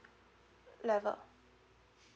level